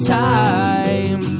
time